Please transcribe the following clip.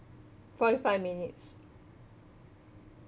forty five minutes